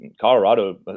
Colorado